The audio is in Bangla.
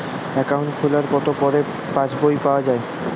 অ্যাকাউন্ট খোলার কতো পরে পাস বই পাওয়া য়ায়?